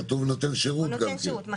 כתוב נותן שירות גם כן.